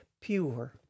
pure